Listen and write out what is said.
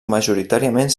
majoritàriament